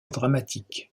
dramatique